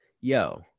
yo